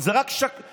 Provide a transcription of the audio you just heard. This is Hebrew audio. זה רק שקרים.